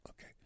okay